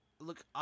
look